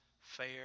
fair